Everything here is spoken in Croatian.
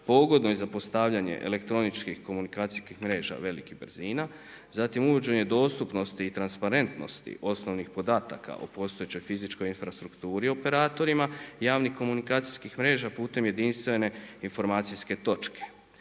pogodno je za postavljanje elektroničkih komunikacijskih mreža velikih brzina, zatim uvođenje dostupnosti i transparentnosti osnovnih podataka o postojećoj fizičkoj infrastrukturi operatorima javnih komunikacijskih mreža putem jedinstvene informacijske točke,